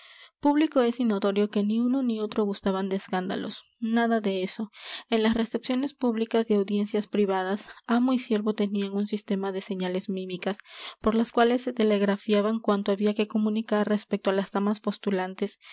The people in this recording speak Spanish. público es y notorio que ni uno ni otro gustaban de escándalos nada de eso en las recepciones públicas y audiencias privadas amo y siervo tenían un sistema de señales mímicas por las cuales se telegrafiaban cuanto había que comunicar respecto a las damas postulantes